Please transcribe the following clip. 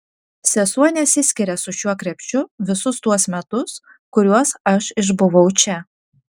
sesuo nesiskiria su šiuo krepšiu visus tuos metus kuriuos aš išbuvau čia